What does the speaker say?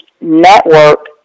network